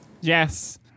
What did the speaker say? Yes